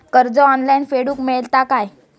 कर्ज ऑनलाइन फेडूक मेलता काय?